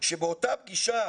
שבאותה פגישה